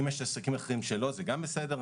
אם יש עסקים אחרים שלא זה גם בסדר,